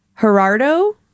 Gerardo